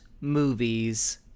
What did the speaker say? movies